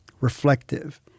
reflective